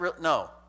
no